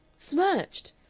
smirched.